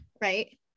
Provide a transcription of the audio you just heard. Right